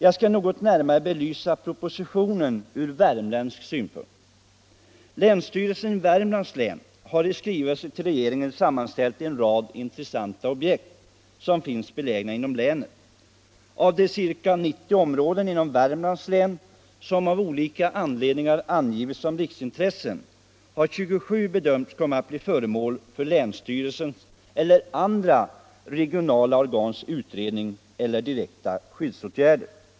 Jag skall något närmare belysa propositionen ur värmländsk synpunkt. Länsstyrelsen i Värmlands län har i skrivelse till regeringen sammanställt en rad intressanta objekt som är belägna inom länet. Av de ca 90 områden inom Värmlands län som av olika anledningar angivits som riksintressen har 23 bedömts kunna bli föremål för länsstyrelsens eller andra regionala organs utredning eller direkta skyddsåtgärder.